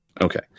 Okay